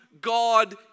God